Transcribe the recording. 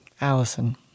Allison